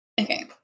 Okay